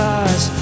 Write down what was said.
eyes